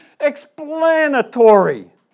explanatory